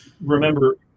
Remember